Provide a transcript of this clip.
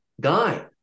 guy